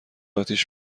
آتیش